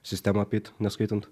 sistemą apeit neskaitant